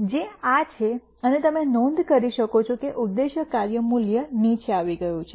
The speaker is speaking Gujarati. મૂલ્ય જે આ છે અને તમે નોંધ કરી શકો છો કે ઉદ્દેશ કાર્ય મૂલ્ય નીચે આવી ગયું છે